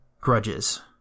grudges